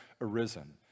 arisen